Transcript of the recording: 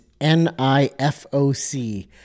N-I-F-O-C